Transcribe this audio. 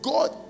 God